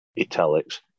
italics